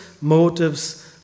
motives